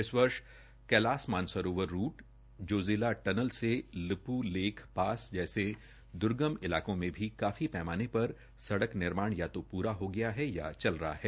इस वर्ष कैलाश मानसरोवर रूट जो जिला टनल से लिपूलेख पास जैसे दूर्गम इलाकों में भी काफी पैमाने पर सड़क निर्माण या तो पूरा हो गया है या चल रहा है